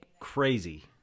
crazy